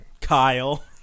kyle